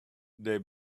they